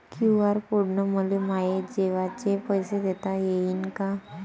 QR code न मले माये जेवाचे पैसे देता येईन का?